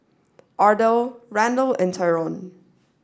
Ardelle Randal and Tyron